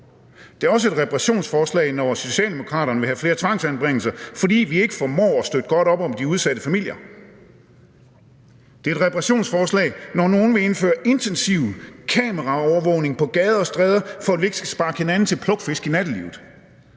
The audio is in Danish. Det er også et reparationsforslag, når Socialdemokraterne vil have flere tvangsanbringelser, fordi vi ikke formår at støtte godt op om de udsatte familier. Det er et reparationsforslag, når nogle vil indføre intensiv kameraovervågning på gader og stræder for, at vi ikke skal sparke hinanden til plukfisk i nattelivet.